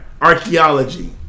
archaeology